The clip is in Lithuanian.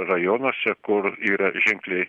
rajonuose kur yra ženkliai